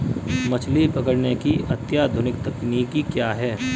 मछली पकड़ने की अत्याधुनिक तकनीकी क्या है?